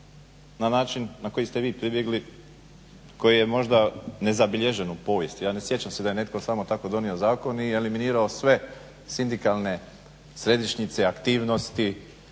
na način na koji ste vi pribjegli koji je možda nezabilježen u povijesti. Ja ne sjećam se da je netko samo tako donio zakon i eliminirao sve sindikalne središnje, aktivnosti,